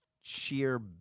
sheer